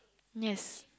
yes